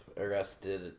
Arrested